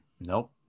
nope